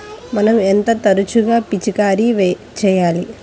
మనం ఎంత తరచుగా పిచికారీ చేయాలి?